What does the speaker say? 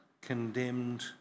condemned